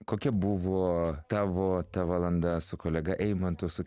kokia buvo tavo ta valanda su kolega eimantu su